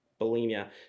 bulimia